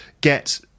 get